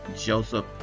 Joseph